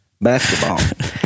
basketball